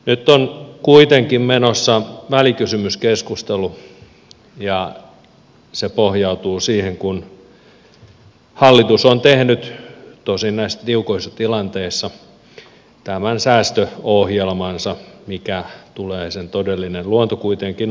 nyt on kuitenkin menossa välikysymyskeskustelu ja se pohjautuu siihen että hallitus on tehnyt tosin näissä tiukoissa tilanteissa tämän säästöohjelmansa mikä tulee sen todellinen luonto kuitenkin olemaan